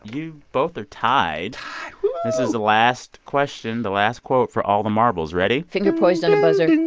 you both are tied tied. woo this is the last question, the last quote, for all the marbles. ready? finger poised on the buzzer ding,